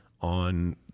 on